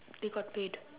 they got paid